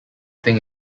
thing